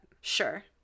Sure